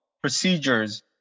procedures